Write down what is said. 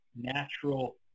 natural